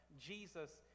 Jesus